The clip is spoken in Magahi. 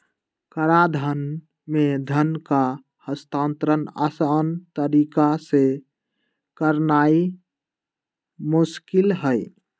कराधान में धन का हस्तांतरण असान तरीका से करनाइ मोस्किल हइ